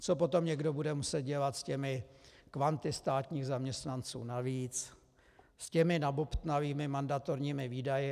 Co potom někdo bude muset dělat s těmi kvanty státních zaměstnanců navíc, s těmi nabobtnalými mandatorními výdaji?